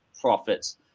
profits